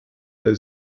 der